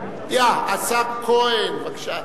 השר כהן, בבקשה.